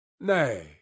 Nay